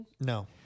No